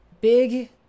big